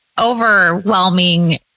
overwhelming